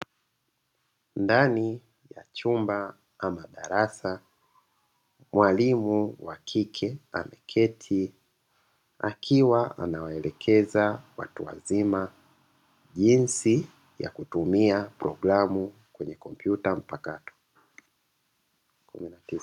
Ndani ya chumba ama darasa, mwalimu wa kike aliketi akiwa anawaelekeza watu wazima jinsi ya kutumia programu kwenye kompyuta mpakato.